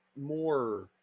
more